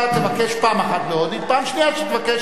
אתה תבקש פעם אחת בהודית ופעם שנייה שתבקש,